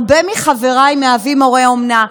הרבה מחבריי הם הורי אומנה,